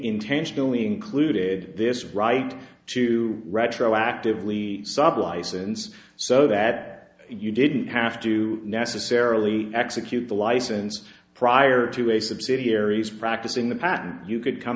intentionally included this right to retroactively sub license so that you didn't have to necessarily execute the license prior to a subsidiaries practicing the patent you could come